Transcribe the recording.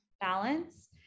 balance